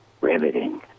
Riveting